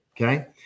Okay